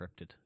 encrypted